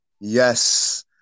yes